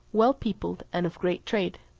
well peopled, and of great trade,